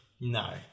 No